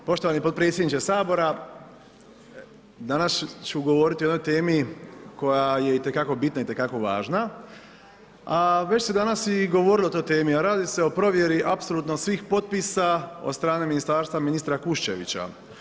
Poštovani potpredsjedniče Sabora, danas ću govoriti o jednoj temi koja je itekako bitna, itekako važna, a već se danas i govorilo o toj temi, a radi se o provjeri apsolutno svih potpisa od strane ministarstva ministra Kuščevića.